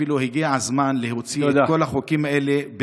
אפילו הגיע הזמן להוציא את כל הארגונים האלה,